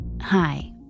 Hi